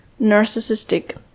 narcissistic